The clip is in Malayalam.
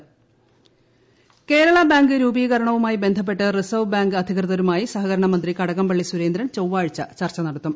കേരള ബാങ്ക് കേരള ബാങ്ക് രൂപീകരണവുമായി ബന്ധപ്പെട്ട് റിസർവ് ബാങ്ക് അധികൃതരുമായി സഹകരണമന്ത്രി കടകംപള്ളി സുരേന്ദ്രൻ ചൊവ്വാഴ്ച ചർച്ച നടത്തും